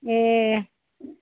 ए